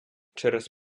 через